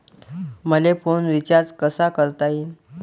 मले phone recharge कसा करता येईन?